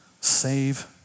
save